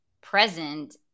present